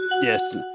Yes